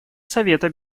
совета